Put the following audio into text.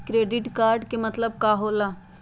Credit card के मतलब का होकेला?